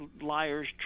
liars